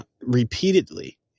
repeatedly